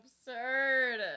absurd